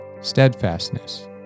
steadfastness